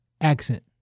accent